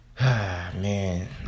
Man